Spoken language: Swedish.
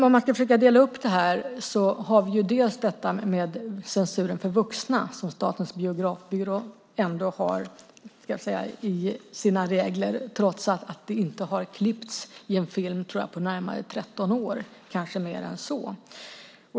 För att försöka dela upp det här så har vi till exempel censuren för vuxna som Statens biografbyrå har med i sina regler trots att det inte har klippts i en film på, tror jag, närmare 13 år och kanske mer än så.